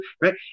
right